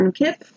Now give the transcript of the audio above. kip